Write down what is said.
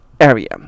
Area